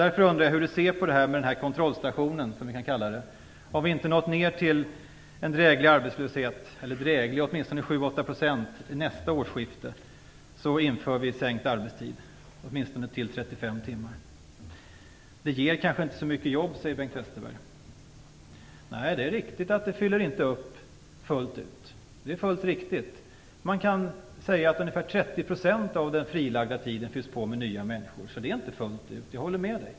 Därför undrar jag hur Ingvar Carlsson ser på det vi kan kalla kontrollstationen, dvs. att vi sänker arbetstiden åtminstone till 35 timmar om vi inte vid nästa årsskifte har nått ner till en dräglig arbetslöshet - eller åtminstone till en arbetslöshet på 7-8 %. Detta ger kanske inte så många jobb, säger Bengt Westerberg. Nej, det är riktigt att det inte fyller upp fullt ut. Man kan säga att ungefär 30 % av den frilagda tiden fylls på med nya människor, så det fylls inte upp fullt ut. Jag håller med om det.